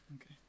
Okay